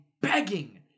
begging